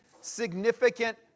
significant